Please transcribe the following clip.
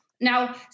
Now